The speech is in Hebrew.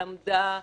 למדה,